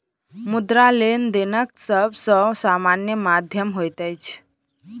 मुद्रा, लेनदेनक सब सॅ सामान्य माध्यम होइत अछि